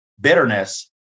bitterness